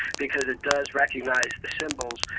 because it does recognize the symbols.